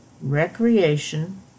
Recreation